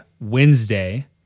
Wednesday